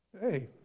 Hey